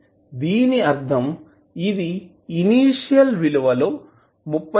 దీని అర్ధం ఇది ఇనీషియల్ విలువ లో 36